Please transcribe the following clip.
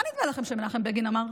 מה נראה לכם שמנחם בגין אמר?